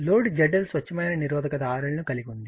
load ZL స్వచ్ఛమైన నిరోధకత RL ను కలిగి ఉంది